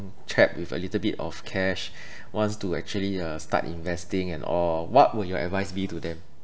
chap with a little bit of cash wants to actually uh start investing and all what would your advice be to them